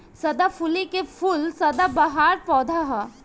सदाफुली के फूल सदाबहार पौधा ह